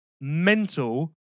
Mental